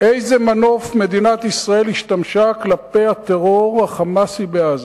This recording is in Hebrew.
באיזה מנוף מדינת ישראל השתמשה כלפי הטרור ה"חמאסי" בעזה?